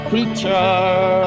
Creature